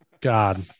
God